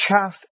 chaff